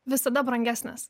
visada brangesnės